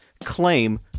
claim